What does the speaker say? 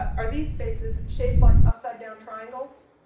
are these spaces shaped like upside down triangles